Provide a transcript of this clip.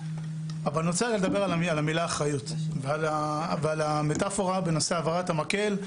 אני רוצה רגע לדבר על המילה אחריות ועל המטאפורה בנושא העברת המקל,